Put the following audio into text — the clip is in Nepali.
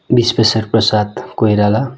विश्वेश्वरप्रसाद कोइराला